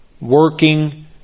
working